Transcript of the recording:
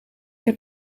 heb